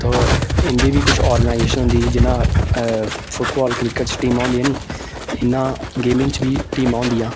तो इंदी बी कुछ आर्गेनाइजेशन होंदी जियां फुटबाल क्रिकेट च टीमां होंदियां नी इ'यां गेमिंग च बी टीमां होंदियां